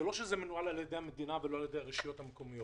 לא שהוא מנוהל על ידי המדינה ולא על ידי הרשויות המקומיות.